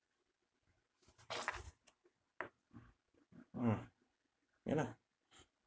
uh ya lah